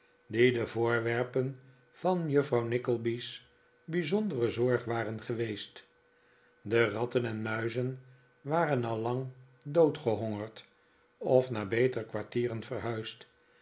de voorwerpen van juffrouw nickleby's bijzondere zorg waren geweest de ratten en muizen waren al lang doodgehongerd of naar betere kwartieren verhuisd